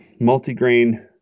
multigrain